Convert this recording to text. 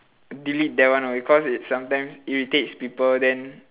delete that one away cause it sometimes irritates people then